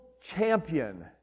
champion